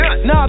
Nah